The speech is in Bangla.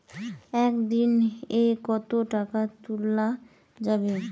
একদিন এ কতো টাকা তুলা যাবে?